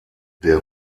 der